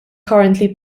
currently